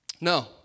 No